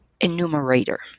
enumerator